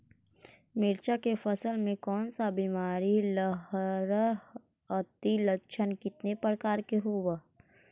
मीरचा के फसल मे कोन सा बीमारी लगहय, अती लक्षण कितने प्रकार के होब?